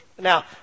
Now